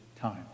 time